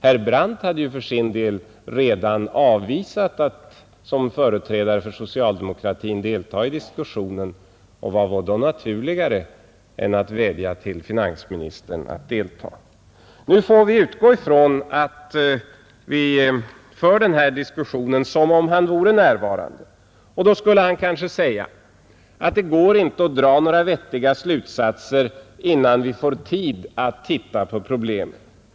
Herr Brandt har ju för sin del redan avvisat att som företrädare för socialdemokratin delta i diskussionen, och vad var då naturligare än att vädja till finansministern att delta? Nu får vi utgå ifrån att vi för den här diskussionen som om finansministern vore närvarande, och då skulle han kanske säga att det inte är möjligt att dra några vettiga slutsatser innan man får tid att titta på problemen.